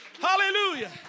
Hallelujah